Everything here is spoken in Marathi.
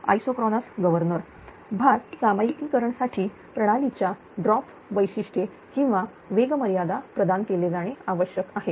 आइसोक्रोनस गवर्नर भार सामायिकरण साठी प्रणालीच्या ड्रॉप वैशिष्ट्ये किंवा वेगमर्यादा प्रदान केले जाणे आवश्यक आहे